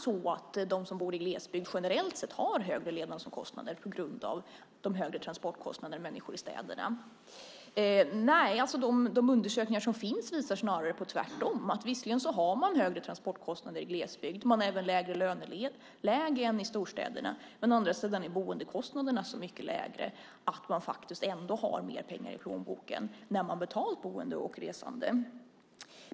Har de som bor i glesbygd generellt sett högre levnadsomkostnader på grund av de högre transportkostnaderna än människor i städerna? Nej, de undersökningar som finns visar snarare att det är tvärtom. Visserligen har man högre transportkostnader i glesbygd. Man har även ett lägre löneläge än i storstäderna. Men å andra sidan är boendekostnaderna så mycket lägre att man faktiskt ändå har mer pengar i plånboken när man har betalat boende och resande.